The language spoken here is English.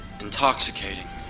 intoxicating